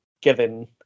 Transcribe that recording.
given